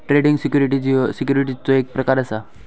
trading securities ह्यो सिक्युरिटीजचो एक प्रकार असा